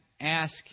ask